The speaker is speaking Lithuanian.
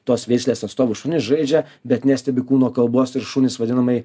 tos veislės atstovų šunys žaidžia bet nestebi kūno kalbos ir šunys vadinamai